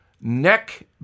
neck